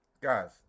Guys